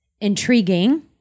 intriguing